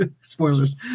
Spoilers